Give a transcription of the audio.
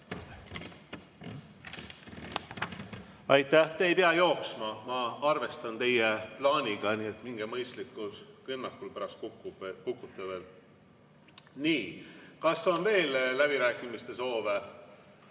Aitäh! Te ei pea jooksma, ma arvestan teie plaaniga, nii et minge mõistlikul kõnnakul, pärast kukute veel. Nii, kas on veel läbirääkimiste soove?